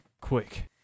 quick